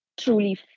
truly